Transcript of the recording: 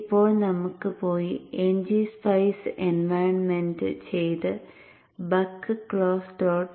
ഇപ്പോൾ നമുക്ക് പോയി ngSpice എൻവയോൺമെന്റ് ചെയ്ത് buck close